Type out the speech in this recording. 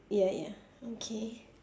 ya ya okay